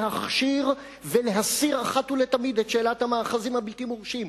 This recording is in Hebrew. להכשיר ולהסיר אחת ולתמיד את שאלת המאחזים הבלתי-מורשים.